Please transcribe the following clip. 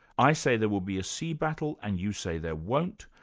i say there will be a sea battle and you say there won't,